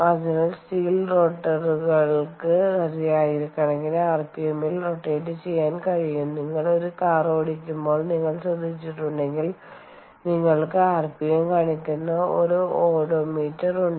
അതിനാൽ സ്റ്റീൽ റോട്ടറുകൾക്ക്സ്റ്റീൽ rotors ആയിരക്കണക്കിന് ആർപിഎമ്മിൽ റൊറ്റേറ്റ് ചെയ്യാൻ കഴിയും നിങ്ങൾ ഒരു കാർ ഓടിക്കുമ്പോൾ നിങ്ങൾ ശ്രദ്ധിച്ചിടട്ടുണ്ടെകിൽ നിങ്ങൾക്ക് ആർപിഎം കാണിക്കുന്ന ഒരു ഓഡോമീറ്റർ ഉണ്ട്